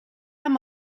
amb